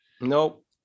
Nope